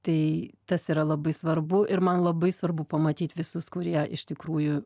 tai tas yra labai svarbu ir man labai svarbu pamatyt visus kurie iš tikrųjų